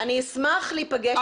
אני אשמח להיפגש איתך,